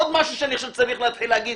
עוד משהו שאני עכשיו צריך להתחיל להגיד.